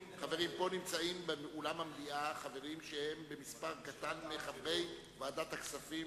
נמצאים באולם המליאה חברים שהם במספר קטן מחברי ועדת הכספים,